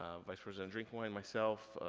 ah vice-president drinkwine, myself,